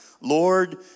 Lord